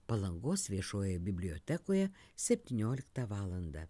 palangos viešojoj bibliotekoje septynioliktą valandą